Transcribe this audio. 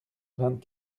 vingt